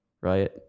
right